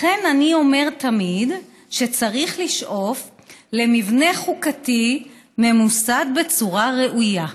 לכן אני אומר תמיד שצריך לשאוף למבנה חוקתי ממוסד בצורה ראויה".